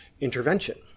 intervention